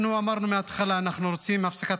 אנחנו אמרנו מההתחלה: אנחנו רוצים הפסקת